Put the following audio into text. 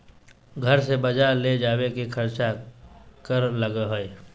घर से बजार ले जावे के खर्चा कर लगो है?